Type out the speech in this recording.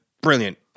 brilliant